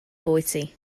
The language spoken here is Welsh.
bwyty